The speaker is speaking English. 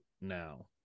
now